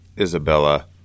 Isabella